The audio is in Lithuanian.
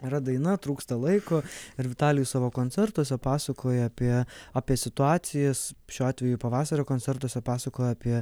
yra daina trūksta laiko ir vitalijus savo koncertuose pasakoja apie apie situacijas šiuo atveju pavasario koncertuose pasakojo apie